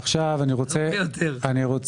הרבה יותר.